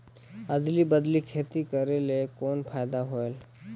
अदली बदली खेती करेले कौन फायदा होयल?